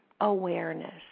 awareness